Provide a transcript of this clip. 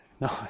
No